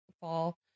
fall